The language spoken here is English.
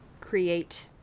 create